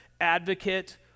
advocate